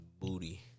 booty